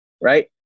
right